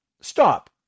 Stop